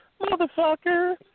Motherfucker